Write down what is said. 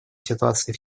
ситуации